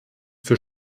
für